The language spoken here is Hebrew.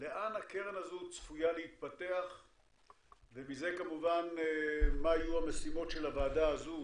לאן הקרן הזו צפויה להתפתח ומזה כמובן מה יהיו המשימות של הוועדה הזו,